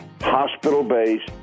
hospital-based